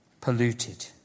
polluted